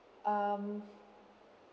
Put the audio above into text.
um